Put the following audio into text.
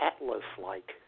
Atlas-like